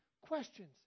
questions